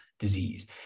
Disease